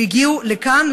שהגיעו לכאן,